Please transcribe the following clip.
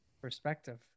Perspective